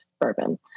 bourbon